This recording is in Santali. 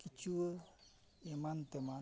ᱠᱮᱪᱩᱣᱟᱹ ᱮᱢᱟᱱ ᱛᱮᱢᱟᱱ